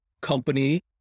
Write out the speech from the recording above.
company